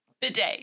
Bidet